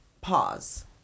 Pause